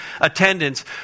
attendance